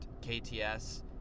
KTS